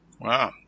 Wow